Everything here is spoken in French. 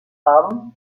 hommes